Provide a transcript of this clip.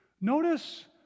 Notice